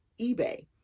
eBay